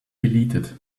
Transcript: deleted